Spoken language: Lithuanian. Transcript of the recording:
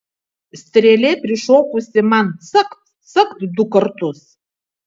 strėlė prišokusi man cakt cakt du kartus